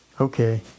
Okay